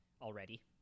already